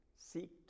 seek